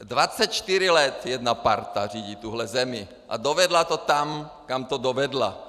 Dvacet čtyři let jedna parta řídí tuhle zemi a dovedla to tam, kam to dovedla.